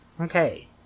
Okay